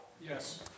Yes